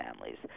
families